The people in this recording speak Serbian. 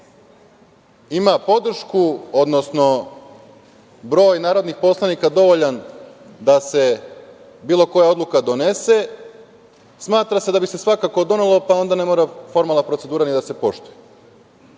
ima podršku, odnosno broj narodnih poslanika dovoljan da se bilo koja odluka donese, smatra se da bi se svakako donelo, pa onda ne mora formalna procedura ni da se poštuje. Nije